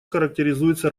характеризуются